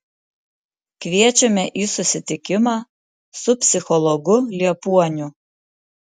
kviečiame į susitikimą su psichologu liepuoniu